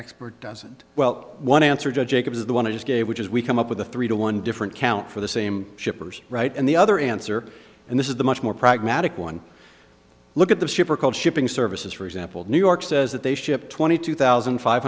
expert doesn't well one answer judge as the want to just gave which is we come up with a three to one different count for the same shippers right and the other answer and this is the much more pragmatic one look at the shipper called shipping services for example new york says that they ship twenty two thousand five